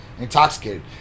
intoxicated